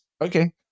Okay